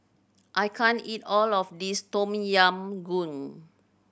I can't eat all of this Tom Yam Goong